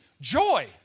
joy